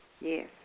Yes